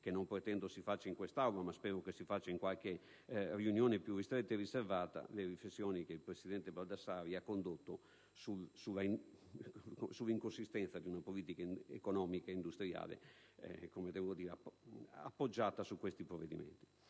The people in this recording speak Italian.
che non pretendo si faccia in quest'Aula, ma spero si faccia in qualche riunione più ristretta e riservata: le riflessioni che il presidente Baldassarri ha condotto sulla inconsistenza di una politica economica e industriale appoggiata su questi provvedimenti.